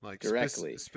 Directly